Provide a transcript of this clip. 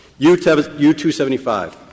U275